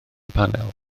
panel